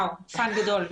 צעד גדול.